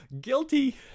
guilty